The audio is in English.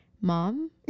Mom